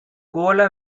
கோல